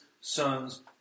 Son's